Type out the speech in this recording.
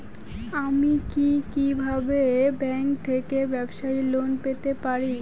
আমি কি কিভাবে ব্যাংক থেকে ব্যবসায়ী লোন পেতে পারি?